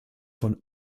von